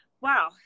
Wow